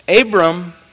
Abram